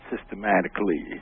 systematically